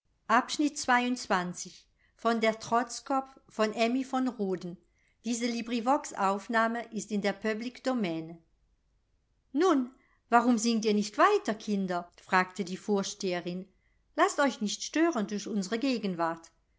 nun warum singt ihr nicht weiter kinder fragte die vorsteherin laßt euch nicht stören durch unsre gegenwart